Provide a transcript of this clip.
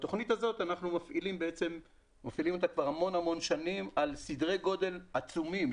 את התוכנית הזאת אנחנו מפעילים הרבה שנים על סדרי גודל עצומים.